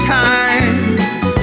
times